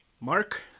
Mark